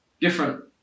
different